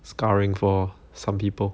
scarring for some people